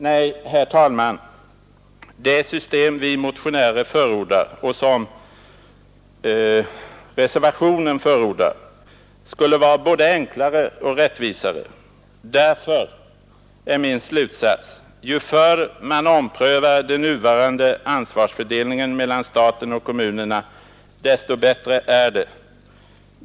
Nej, herr talman, det system som vi motionärer förordar, och som reservanterna förordar, skulle vara både enklare och rättvisare. Därför blir min slutsats, att ju förr man omprövar den nuvarande ansvarsfördelningen mellan staten och kommunerna, desto bättre är det.